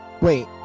Wait